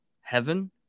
Heaven